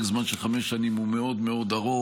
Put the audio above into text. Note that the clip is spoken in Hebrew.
שפרק זמן של חמש שנים הוא מאוד ארוך.